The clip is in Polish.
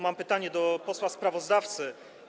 Mam pytanie do posła sprawozdawcy.